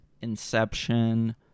Inception